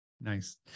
Nice